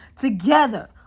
together